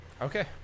Okay